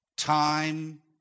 Time